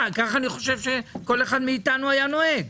אני חושב שכך כל אחד מאיתנו היה נוהג.